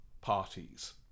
parties